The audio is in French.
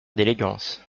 d’élégance